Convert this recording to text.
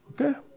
Okay